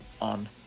on